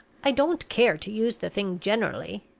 i don't care to use the thing generally,